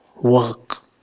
work